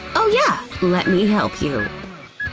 oh yeah, let me help you,